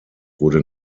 wurde